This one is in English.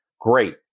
Great